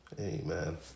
amen